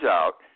out